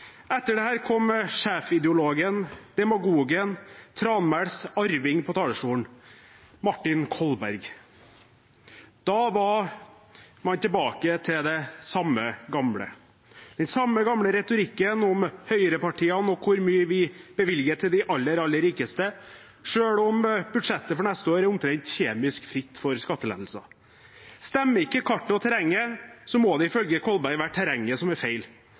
Etter dette kom sjefsideologen, demagogen og Tranmæls arving opp på talerstolen – Martin Kolberg. Da var man tilbake til det samme gamle, den samme gamle retorikken om høyrepartiene og hvor mye vi bevilger til de aller, aller rikeste, selv om budsjettet for neste år er omtrent kjemisk fritt for skattelettelser. Stemmer ikke kartet og terrenget, må det ifølge Kolberg være terrenget som er feil.